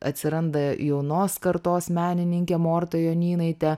atsiranda jaunos kartos menininkė morta jonynaitė